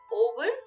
over